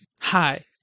hi